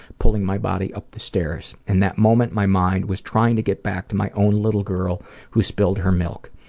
pulling my body up the stairs. in that moment, my mind was trying to get back to my own little girl who spilled her milk.